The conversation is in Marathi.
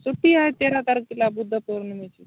सुट्टी आहे तेरा तारखेला बुद्धपौर्णिमेची